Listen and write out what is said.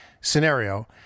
scenario